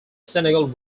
senegal